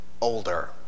older